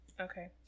Okay